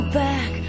back